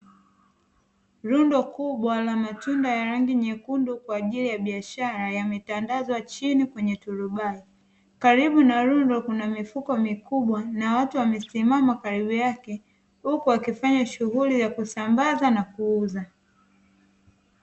Kubwa la matunda ya rangi nyekundu kwa ajili ya biashara ya mitandao chini kwenye karibu na rundo, kuna mifuko mikubwa na watu wamesimama karibu yake, huku wakifanya shughuli ya kusambaza na kuuza.